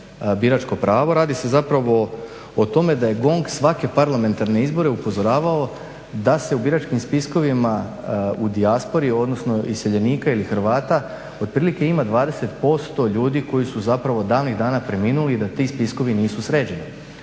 biračko pravo, radi se zapravo o tome da je GONG svake parlamentarne izbore upozoravao da se u biračkim spiskovima u dijaspori, odnosno iseljenika ili Hrvata otprilike ima 20% ljudi koji su zapravo davnih dana preminuli i da ti spiskovi nisu sređeni.